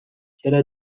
چرا